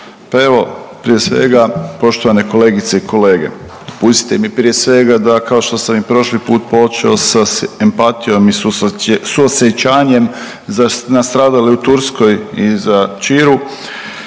Pa evo prije svega poštovane kolegice i kolege, pustite mi prije svega da kao što sam i prošli put počeo sa empatijom i sa suosjećanjem za nastradale u Turskoj i za Ćiru